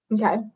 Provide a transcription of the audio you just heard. okay